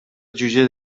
جوجه